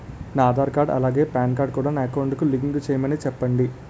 నా ఆధార్ కార్డ్ అలాగే PAN card కూడా నా అకౌంట్ కి లింక్ చేయమని చెప్పండి